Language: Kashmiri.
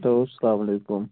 ہٮ۪لو سلام علیکُم